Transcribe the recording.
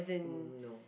mm no